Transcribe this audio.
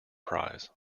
prize